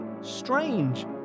strange